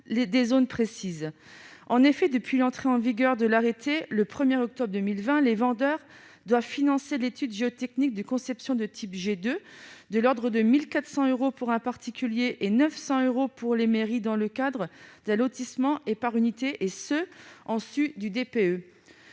sont concernées. Depuis l'entrée en vigueur de l'arrêté le 1 octobre 2020, les vendeurs doivent financer une étude géotechnique de conception de type G2, dont le coût est de l'ordre de 1 400 euros pour un particulier et de 900 euros pour les mairies dans le cadre d'un lotissement et par unité, et ce en sus des